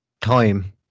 Time